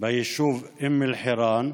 ביישוב אום אל-חיראן.